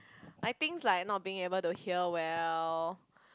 like things like not being able to hear well